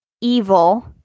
evil